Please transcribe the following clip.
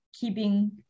keeping